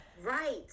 Right